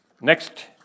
Next